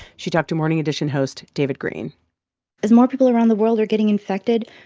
she talked to morning edition host david greene as more people around the world are getting infected,